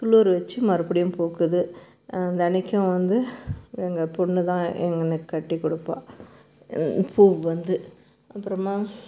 துளிரு வெச்சி மறுபடியும் பூக்குது தினைக்கும் வந்து எங்கள் பொண்ணு தான் எனக்கு கட்டி கொடுப்பா பூ வந்து அப்புறமா